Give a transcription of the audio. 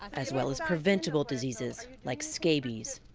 as well as preventable diseases, like scabies.